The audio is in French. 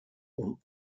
ont